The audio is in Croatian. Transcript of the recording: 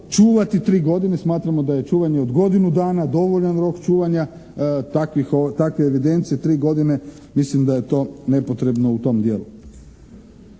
čuvati 3 godine. Smatramo da je čuvanje od godinu dana dovoljan rok čuvanja takve evidencije. 3 godine mislim da je to nepotrebno u tom dijelu.